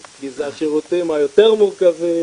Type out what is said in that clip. כי זה השירותים היותר מורכבים,